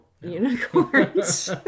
unicorns